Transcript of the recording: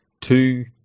two